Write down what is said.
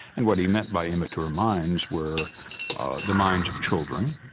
and what he meant by immature minds were the minds of children,